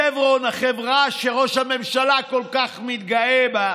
שברון, החברה שראש הממשלה כל כך מתגאה בה,